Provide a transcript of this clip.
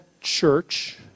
church